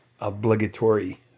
obligatory